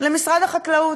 למשרד החקלאות,